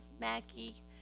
Mackie